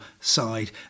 side